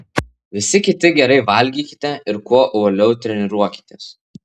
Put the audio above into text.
visi kiti gerai valgykite ir kuo uoliau treniruokitės